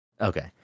Okay